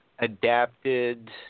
adapted